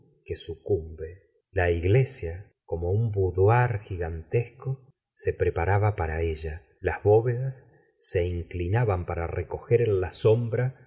que sucumbe la iglesia como un budoir gigantesco se preparaba para ella las bóvedas se inclinaban para recoger en la sombra